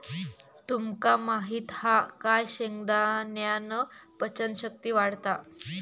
तुमका माहित हा काय शेंगदाण्यान पचन शक्ती वाढता